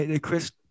chris